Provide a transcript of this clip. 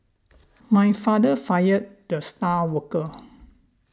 my father fired the star worker